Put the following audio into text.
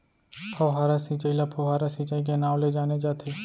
फव्हारा सिंचई ल फोहारा सिंचई के नाँव ले जाने जाथे